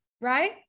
right